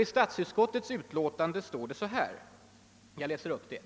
I statsutskottets utlåtande står det nämligen: